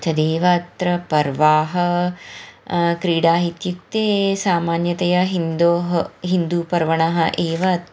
तदेव अत्र पर्वाः क्रीडाः इत्युक्ते सामान्यतया हिन्दोः हिन्दूपर्वणः एव